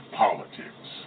politics